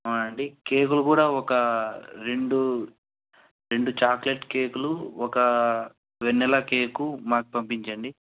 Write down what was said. అవునండి కేకులు కూడా ఒక రెండు రెండు చాక్లెట్ కేకులు ఒక వెనిల్లా కేకు మాకు పంపించండి